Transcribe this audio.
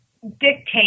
dictate